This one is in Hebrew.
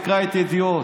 תקרא את ידיעות,